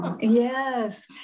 yes